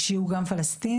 שיהיו גם פלסטינים,